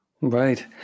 Right